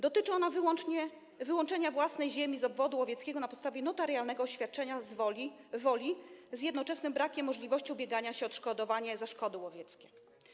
Dotyczy ona wyłączenia własnej ziemi z obwodu łowieckiego na podstawie notarialnego oświadczenia woli z jednoczesnym brakiem możliwości ubiegania się o odszkodowanie za szkody łowieckie.